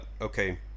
okay